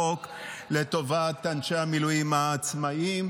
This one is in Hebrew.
הצעת חוק הביטוח הלאומי (תגמול מילואים לעובד עצמאי)